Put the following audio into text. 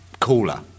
cooler